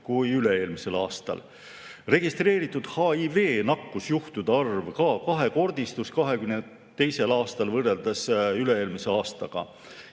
kui üle-eelmisel aastal. Registreeritud HIV-nakkusjuhtude arv ka kahekordistus 2022. aastal võrreldes üle-eelmise aastaga.